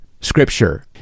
scripture